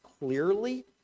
clearly